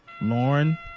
Lauren